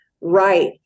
right